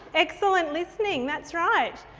excellent listening, that's right.